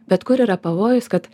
bet kur yra pavojus kad